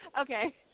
Okay